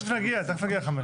תכף נגיע ל-5.